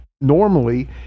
Normally